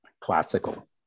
Classical